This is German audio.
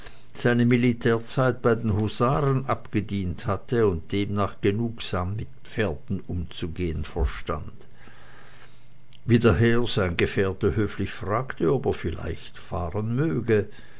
seine militärzeit bei den husaren abgedient hatte und demnach genugsam mit pferden umzugehen verstand wie daher sein gefährte höflich fragte ob er vielleicht fahren möge